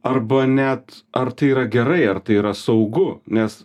arba net ar tai yra gerai ar tai yra saugu nes